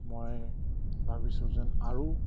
মই ভাবিছোঁ যেন আৰু